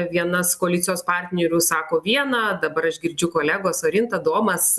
vienas koalicijos partnerių sako vieną dabar aš girdžiu kolegos orinta domas